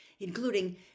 including